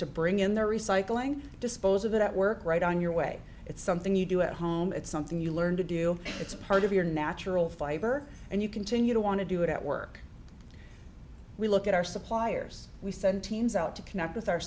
to bring in the recycling dispose of it at work right on your way it's something you do at home it's something you learn to do it's part of your natural fiber and you continue to want to do it at work we look at our suppliers we send teams out to connect with our